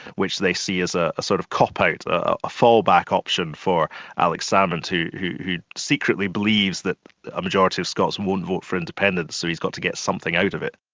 which they see as ah a sort of copout, a fallback option for alex salmond, who who secretly believes that a majority of scots won't vote for independence so he's got to get something out of it.